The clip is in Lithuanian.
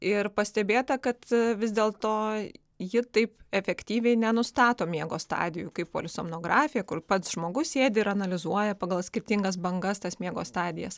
ir pastebėta kad vis dėlto ji taip efektyviai nenustato miego stadijų kaip polisomnografija kur pats žmogus sėdi ir analizuoja pagal skirtingas bangas tas miego stadijas